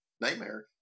nightmare